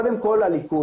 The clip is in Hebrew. קודם כל לליכוד